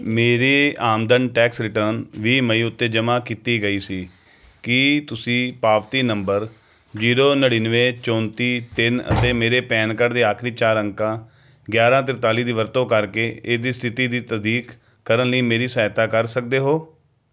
ਮੇਰੀ ਆਮਦਨ tax return ਵੀਹ ਮਈ ਉੱਤੇ ਜਮ੍ਹਾਂ ਕੀਤੀ ਗਈ ਸੀ ਕੀ ਤੁਸੀਂ ਪਾਵਤੀ ਨੰਬਰ ਜੀਰੋ ਨੜਿਨਵੇਂ ਚੌਂਤੀ ਤਿੰਨ ਅਤੇ ਮੇਰੇ ਪੈਨ ਕਾਰਡ ਦੇ ਆਖਰੀ ਚਾਰ ਅੰਕਾਂ ਗਿਆਰ੍ਹਾਂ ਤਰਤਾਲੀ ਦੀ ਵਰਤੋਂ ਕਰਕੇ ਇਸ ਦੀ ਸਥਿਤੀ ਦੀ ਤਸਦੀਕ ਕਰਨ ਲਈ ਮੇਰੀ ਸਹਾਇਤਾ ਕਰ ਸਕਦੇ ਹੋ